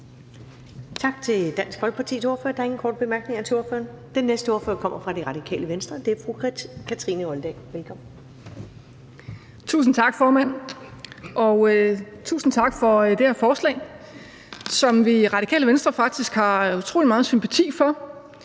Tak til Dansk Folkepartis ordfører. Der er ingen korte bemærkninger til ordføreren. Den næste ordfører kommer fra Radikale Venstre. Det er fru Kathrine Olldag. Velkommen. Kl. 19:28 (Ordfører) Kathrine Olldag (RV): Tusind tak, formand, og tusind tak for det her forslag, som vi i Radikale Venstre faktisk har utrolig meget sympati for.